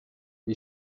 gli